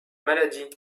maladie